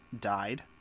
died